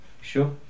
sure